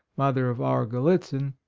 mother of our gallitzin,